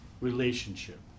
relationship